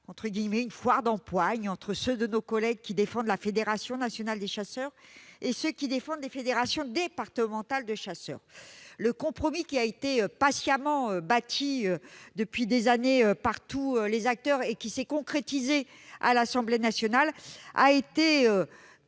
d'empoigne, si je puis dire, entre ceux de nos collègues qui défendent la Fédération nationale des chasseurs et ceux qui défendent les fédérations départementales de chasseurs. Ainsi, le compromis patiemment bâti depuis des années par tous les acteurs et qui s'est concrétisé à l'Assemblée nationale a été dévoyé,